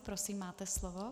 Prosím, máte slovo.